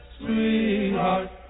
sweetheart